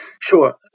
Sure